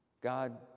God